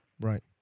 Right